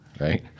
right